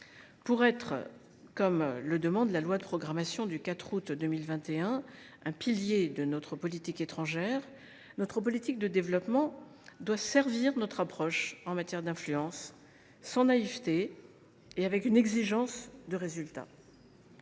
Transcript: Pour être, comme le demande la loi de programmation du 4 août 2021, un pilier de notre politique étrangère, notre politique de développement doit servir notre approche en matière d’influence, sans naïveté et avec une exigence de résultats.